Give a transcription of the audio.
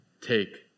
Take